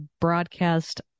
broadcast